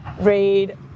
read